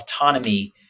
autonomy